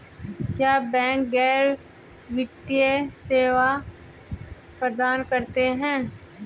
क्या बैंक गैर वित्तीय सेवाएं प्रदान करते हैं?